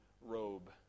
robe